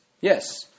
Yes